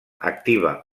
activa